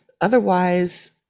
otherwise